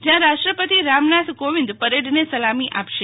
જ્યાં રાષ્ટ્રપતિ રામનાથ કોવિંદ પરેડને સલામી આપશે